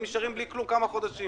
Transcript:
הם נשארים בלי כלום כמה חודשים.